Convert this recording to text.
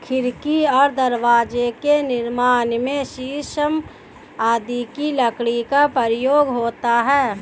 खिड़की और दरवाजे के निर्माण में शीशम आदि की लकड़ी का प्रयोग होता है